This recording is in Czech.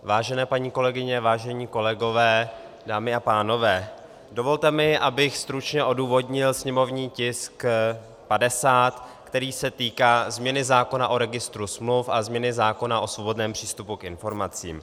Vážené paní kolegyně, vážení kolegové, dámy a pánové, dovolte mi, abych stručně odůvodnil sněmovní tisk 50, který se týká změny zákona o registru smluv a změny zákona o svobodném přístupu k informacím.